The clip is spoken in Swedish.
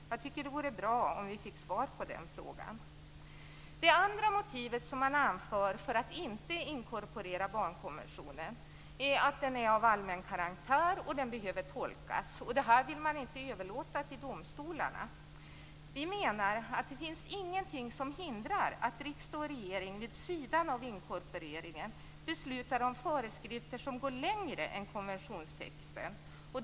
Jag tycker att det vore bra om vi fick svar på de frågorna. Det andra motivet som man anför för att inte inkorporera barnkonventionen är att den är av allmän karaktär och att den behöver tolkas. Det vill man inte överlåta till domstolarna. Vi menar att det inte finns någonting som hindrar att riksdag och regering vid sidan av inkorporeringen beslutar om föreskrifter som går längre än konventionstexten.